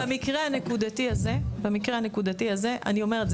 במקרה הנקודתי הזה אני אומרת,